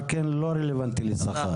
על כן לא רלוונטי לתחומך.